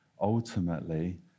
ultimately